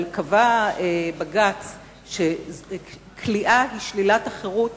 של הכרה במדינה כריבון ובאחריות